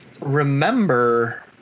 remember